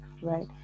right